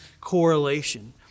correlation